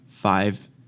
five